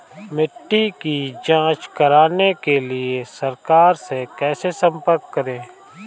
मिट्टी की जांच कराने के लिए सरकार से कैसे संपर्क करें?